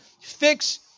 Fix